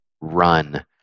run